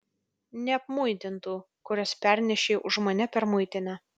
neapmuitintų kurias pernešei už mane per muitinę